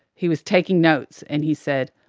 he was taking notes and he said,